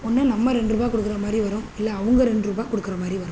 ஒன்று நம்ம ரெண்டு ரூபா கொடுக்குற மாதிரி வரும் இல்லை அவங்க ரெண்டு ரூபா கொடுக்குற மாதிரி வரும்